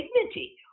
dignity